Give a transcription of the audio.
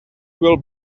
will